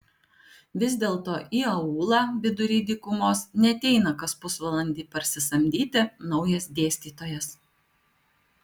vis dėlto į aūlą vidury dykumos neateina kas pusvalandį parsisamdyti naujas dėstytojas